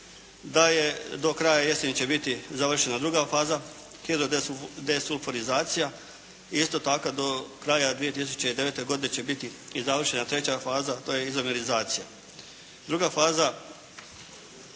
da je do kraja jeseni će biti završena druga faza … /Govornik se ne razumije./ … i isto tako do kraja 2009. godine će biti i završena treća faza, to je izomerizacija.